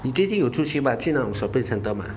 你最近有出去吗去那种 shopping centre mah